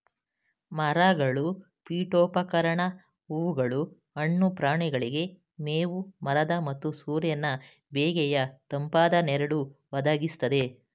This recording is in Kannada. ಮರಗಳು ಪೀಠೋಪಕರಣ ಹೂಗಳು ಹಣ್ಣು ಪ್ರಾಣಿಗಳಿಗೆ ಮೇವು ಮರದ ಮತ್ತು ಸೂರ್ಯನ ಬೇಗೆಯ ತಂಪಾದ ನೆರಳು ಒದಗಿಸ್ತದೆ